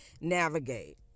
navigate